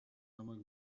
намайг